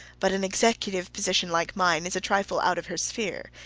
but an executive position like mine is a trifle out of her sphere.